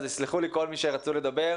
אז יסלחו לי כל מי שרצו לדבר.